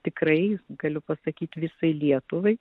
tikrai galiu pasakyt visai lietuvai